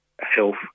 health